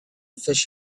fish